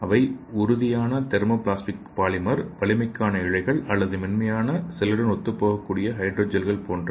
அவை உறுதியான thermoplastic polymer வலிமைக்கான இழைகள் அல்லது மென்மையான செல்லுடன் ஒத்துப் போகக்கூடிய ஹைட்ரோ ஜெல்கள் போன்றவை